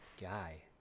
Guy